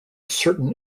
certain